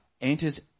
enters